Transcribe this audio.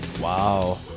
Wow